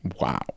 Wow